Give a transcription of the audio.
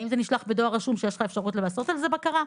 האם זה נשלח בדואר רשום שיש לך אפשרות לעשות על זה בקרה.